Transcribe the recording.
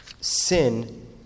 sin